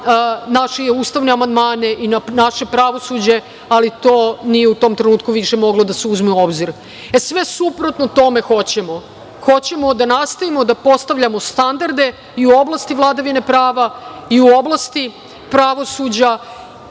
naše ustavne amandmane i naše pravosuđe, ali to nije u tom trenutku više moglo da se uzme u obzir.E, sve suprotno tome hoćemo. Hoćemo da nastavimo da postavljamo standarde i u oblasti vladavine prava, i u oblasti pravosuđa,